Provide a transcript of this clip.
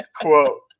quote